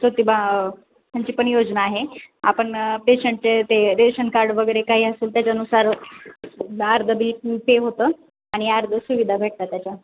ज्योतिबा यांची पण योजना आहे आपण पेशंटचे ते रेशन कार्ड वगैरे काही असेल त्याच्यानुसार अर्धं बील पे होतं आणि अर्धं सुविधा भेटतात त्याच्या